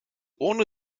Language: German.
urne